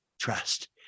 trust